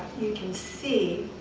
you can see